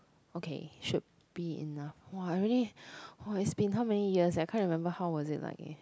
okay should be enough !wah! really !wah! it's been how many years leh I can't remember how was it like eh